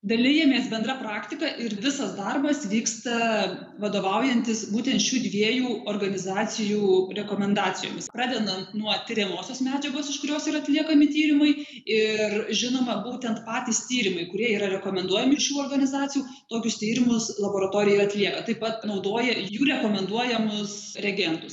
dalijamės bendra praktika ir visas darbas vyksta vadovaujantis būtent šių dviejų organizacijų rekomendacijomis pradedant nuo tiriamosios medžiagos iš kurios yra atliekami tyrimai ir žinoma būtent patys tyrimai kurie yra rekomenduojami šių organizacijų tokius tyrimus laboratorija ir atlieka taip pat naudoja jų rekomenduojamus reagentus